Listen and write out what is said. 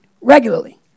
regularly